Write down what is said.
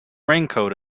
raincoat